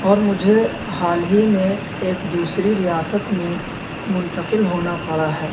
اور مجھے حال ہی میں ایک دوسری ریاست میں منتقل ہونا پڑا ہے